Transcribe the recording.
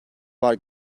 var